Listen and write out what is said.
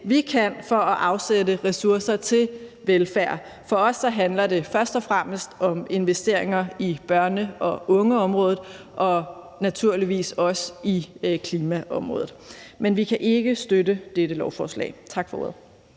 vi kan, for at afsætte ressourcer til velfærd. For os handler det først og fremmest om investeringer på børne- og ungeområdet og naturligvis også på klimaområdet. Men vi kan ikke støtte dette lovforslag. Tak for ordet.